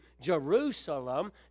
Jerusalem